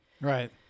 Right